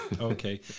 Okay